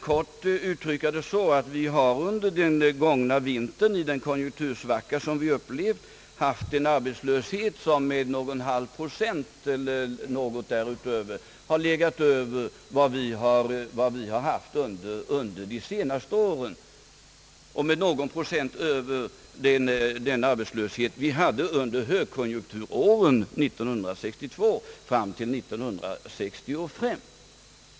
Kort uttryckt har vi under den gångna vinterns konjunktursvacka haft en arbetslöshet som bara med en dryg halv procent har legat över den de senaste åren och någon procent över den arbetslöshet vi hade under högkonjunkturåren 1962 fram till 1965.